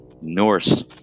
Norse